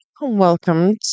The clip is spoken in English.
Welcome